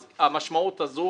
אז המשמעות של זה,